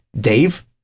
Dave